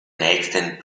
nächsten